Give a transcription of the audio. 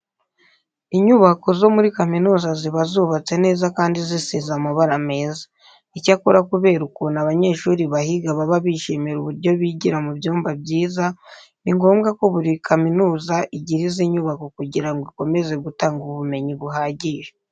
Inyubako zo muri kaminuza ziba zubatse neza kandi zisize n'amabara meza. Icyakora kubera ukuntu abanyeshuri bahiga baba bishimira uburyo bigira mu byumba byiza, ni ngombwa ko buri kaminuza igira izi nyubako kugira ngo ikomeze gutanga ubumenyi buhagije.